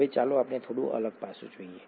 હવે ચાલો આપણે થોડું અલગ પાસું જોઈએ